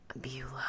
Beulah